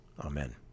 Amen